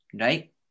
right